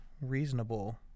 Reasonable